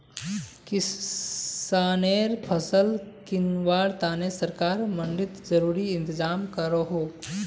किस्सानेर फसल किंवार तने सरकार मंडित ज़रूरी इंतज़ाम करोह